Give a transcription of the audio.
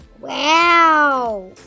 wow